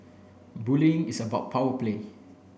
bullying is about power play